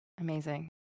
Amazing